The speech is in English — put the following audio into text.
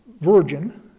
virgin